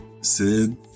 Sid